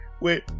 Wait